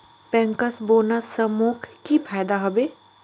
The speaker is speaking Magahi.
बैंकर्स बोनस स मोक की फयदा हबे